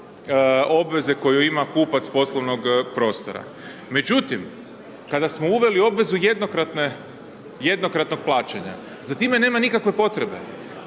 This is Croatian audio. obveze koju ima kupac poslovnog prostora. Međutim, kada smo uveli obvezu jednokratnog plaćanja, za time nema nikakve potrebe,